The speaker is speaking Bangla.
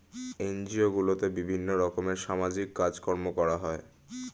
এনজিও গুলোতে বিভিন্ন রকমের সামাজিক কাজকর্ম করা হয়